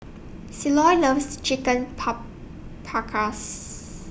Ceylon loves Chicken Paprikas